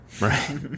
Right